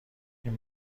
این